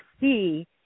see